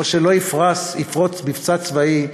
או שלא יפרוץ מבצע צבאי,